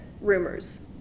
rumors